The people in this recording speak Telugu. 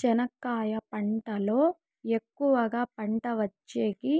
చెనక్కాయ పంట లో ఎక్కువగా పంట వచ్చేకి